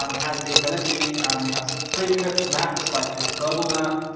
um has the ability we have some precooked maps like this global map,